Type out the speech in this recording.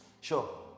Sure